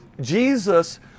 Jesus